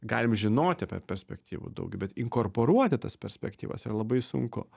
galim žinoti apie perspektyvų daugį bet inkorporuoti tas perspektyvas yra labai sunku